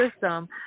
system